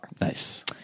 Nice